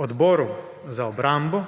Odboru za obrambo,